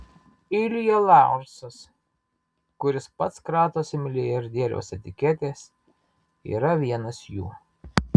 ilja laursas kuris pats kratosi milijardieriaus etiketės yra vienas jų